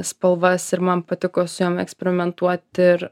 spalvas ir man patiko su jom eksperimentuot ir